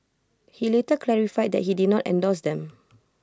he later clarified that he did not endorse them